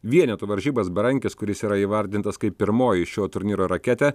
vienetų varžybas berankis kuris yra įvardintas kaip pirmoji šio turnyro raketė